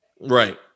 Right